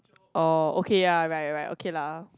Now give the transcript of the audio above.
oh okay ya right right okay lah